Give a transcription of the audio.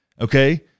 Okay